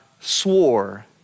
swore